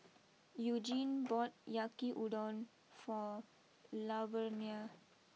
Eugene bought Yakiudon for Laverna